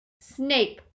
Snape